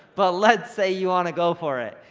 but let's say you wanna go for it.